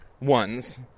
ones